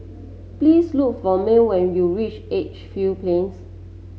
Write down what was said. please look for Mearl when you reach Edgefield Plains